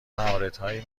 مهارتهایی